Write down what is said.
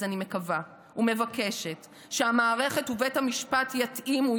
אז אני מקווה ומבקשת שהמערכת ובית המשפט יתאימו,